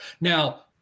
Now